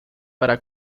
para